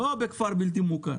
לא בכפר בלתי מוכר.